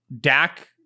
Dak